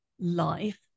life